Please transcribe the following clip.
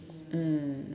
mm